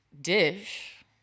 Dish